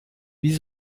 wie